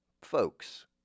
folks